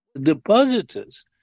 depositors